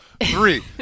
three